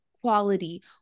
quality